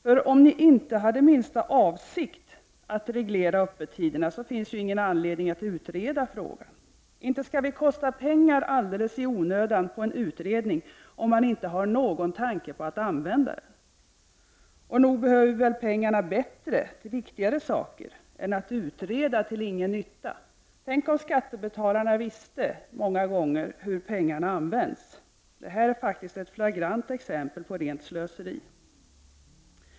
För om ni inte hade minsta avsikt att reglera öppettiderna, finns det ju ingen anledning att utreda frågan. Inte skall vi satsa pengar på en alldeles onödig utredning om ni inte har någon tanke på att använda den. Nog behöver vi pengarna bättre — till viktigare saker — än att utreda till ingen nytta. Tänk om skattebetalarna visste hur deras skattemedel många gånger används. Det här är ett flagrant exempel på rent slöseri.